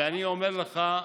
ואני אומר לך,